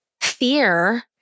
fear